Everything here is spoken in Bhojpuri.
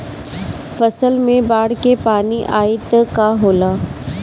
फसल मे बाढ़ के पानी आई त का होला?